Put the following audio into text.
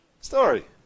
story